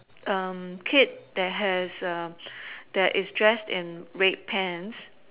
kid that has that is dressed in red pants